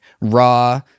raw